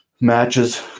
matches